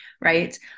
right